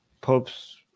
popes